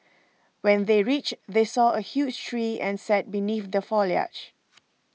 when they reached they saw a huge tree and sat beneath the foliage